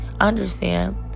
understand